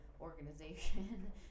organization